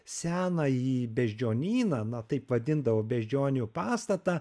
senąjį beždžionyną na taip vadindavo beždžionių pastatą